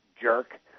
jerk